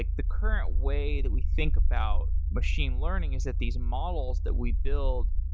like the current way that we think about machine learning is that these models that we build,